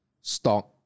stock